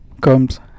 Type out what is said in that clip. comes